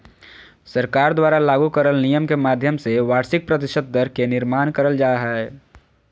सरकार द्वारा लागू करल नियम के माध्यम से वार्षिक प्रतिशत दर के निर्माण करल जा हय